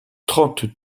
trente